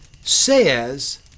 says